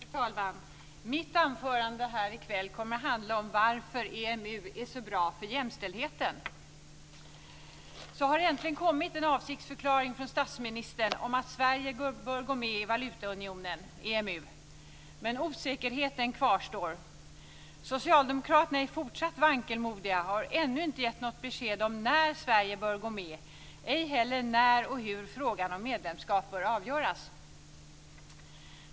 Fru talman! Mitt anförande här i kväll kommer att handla om varför EMU är så bra för jämställdheten. Det har äntligen kommit en avsiktsförklaring från statsministern om att Sverige bör gå med i valutaunionen, EMU. Men osäkerheten kvarstår. Socialdemokraterna är fortsatt vankelmodiga och har ännu inte givit något besked om när Sverige bör gå med, ej heller när och hur frågan om medlemskap bör avgöras.